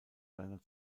seiner